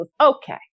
Okay